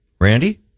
Randy